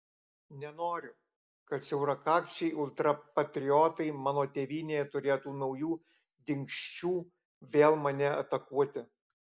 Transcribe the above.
nenoriu kad siaurakakčiai ultrapatriotai mano tėvynėje turėtų naujų dingsčių vėl mane atakuoti